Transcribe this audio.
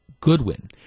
Goodwin